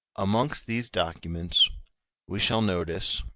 amongst these documents we shall notice,